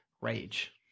Rage